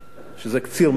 שזה קציר מלח,